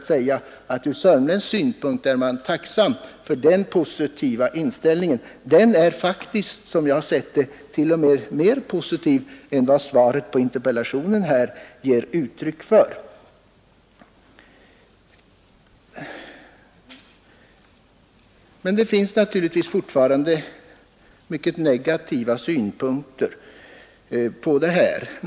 Ur sörmländsk synpunkt är man tacksam för den positiva inställning som då visades. Den är faktiskt, som jag ser det, t.o.m. mera positiv än svaret på interpellationen. Det finns naturligtvis fortfarande en del negativa synpunkter att anföra.